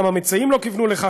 גם המציעים לא כיוונו לכך,